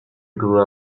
grew